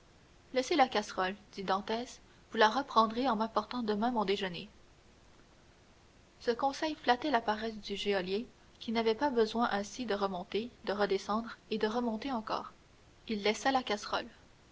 laissez la casserole dit dantès vous la reprendrez en m'apportant demain mon déjeuner ce conseil flattait la paresse du geôlier qui n'avait pas besoin ainsi de remonter de redescendre et de remonter encore il laissa la casserole